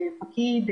פקיד,